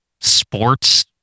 sports